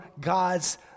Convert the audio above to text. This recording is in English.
God's